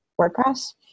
WordPress